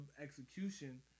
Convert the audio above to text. execution